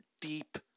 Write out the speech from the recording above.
deep